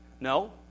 No